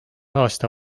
aasta